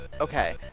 Okay